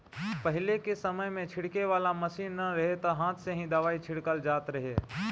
पहिले के समय में छिड़के वाला मशीन ना रहे त हाथे से ही दवाई छिड़कल जात रहे